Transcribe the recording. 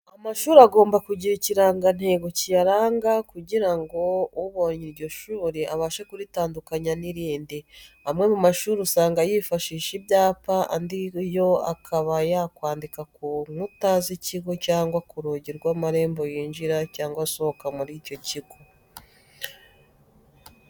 Amashuri agomba kugira ikirangantego kiyaranga kugra ngo ubonye iryo shuri abashe kuritandukanya n'irindi. Amwe mu mashuri usanga yifashishisha ibyapa, andi yo akaba yakwandika ku nkuta z'ikigo cyangwa ku rugi rw'amarembo yinjira cyangwa asohoka muri icyo kigo.